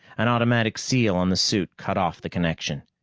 an automatic seal on the suit cut off the connection.